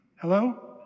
Hello